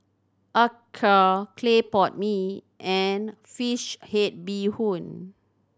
acar clay pot mee and fish head bee hoon